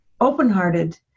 open-hearted